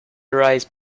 rise